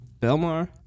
Belmar